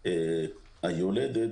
היולדת,